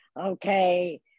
Okay